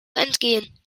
entgehen